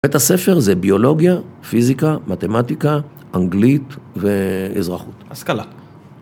בית הספר זה ביולוגיה, פיזיקה, מתמטיקה, אנגלית ואזרחות. השכלה.